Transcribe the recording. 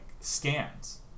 scans